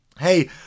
hey